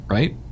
Right